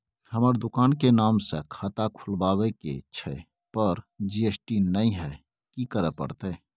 हमर दुकान के नाम से खाता खुलवाबै के छै पर जी.एस.टी नय हय कि करे परतै?